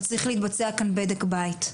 וצריך להתבצע כאן בדק בית.